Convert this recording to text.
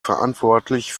verantwortlich